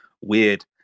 weird